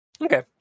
Okay